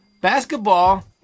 Basketball